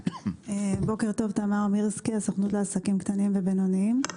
בוקר טוב, אני מהסוכנות לעסקים קטנים ובינוניים.